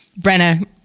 Brenna